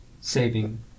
saving